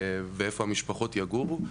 ואיפה המשפחות יגורו.